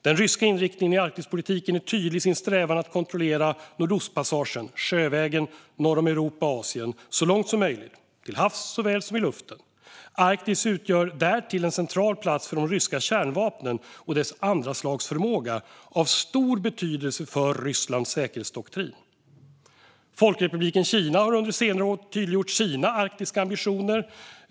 Den ryska inriktningen i Arktispolitiken är tydlig i sin strävan att kontrollera Nordostpassagen, sjövägen norr om Europa och Asien, så långt som möjligt, till havs såväl som i luften. Arktis utgör därtill en central plats för de ryska kärnvapnen och deras andraslagsförmåga som är av stor betydelse för landets säkerhetsdoktrin. Folkrepubliken Kina har under senare år tydliggjort sina arktiska ambitioner.